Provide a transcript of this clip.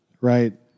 right